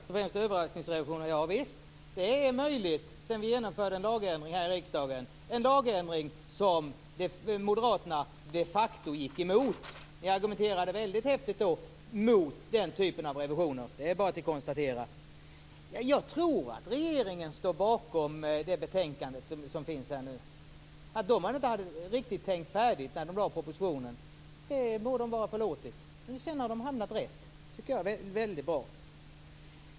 Herr talman! Jag tar först upp överraskningsrevisionen. Javisst, sådan är möjlig sedan vi genomförde en lagändring här i riksdagen, en lagändring som moderaterna de facto gick emot. Ni argumenterade då väldigt häftigt mot den typen av revisioner; det är bara att konstatera. Jag tror att regeringen står bakom det här betänkandet. Att den inte riktigt hade tänkt färdigt när den lade fram propositionen må vara den förlåtet. Sedan har man hamnat rätt. Det tycker jag är väldigt bra.